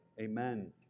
Amen